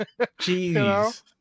Jeez